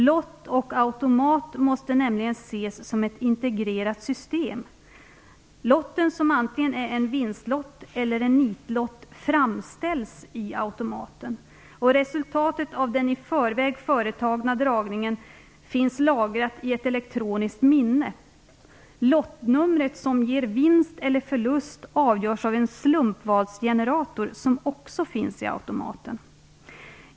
Lott och automat måste nämligen ses som ett integrerat system. Lotten som antingen är en vinstlott eller en nitlott framställs i automaten. Resultatet av den i förväg företagna dragningen finns lagrat i ett elektroniskt minne. Lottnumret som ger vinst eller förlust avgörs av en slumpvalsgenerator som också finns i automaten.